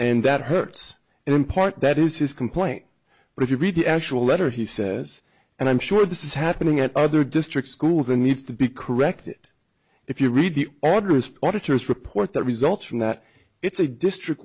and that hurts and in part that is his complaint but if you read the actual letter he says and i'm sure this is happening at other district schools and needs to be corrected if you read the august auditor's report that results from that it's a district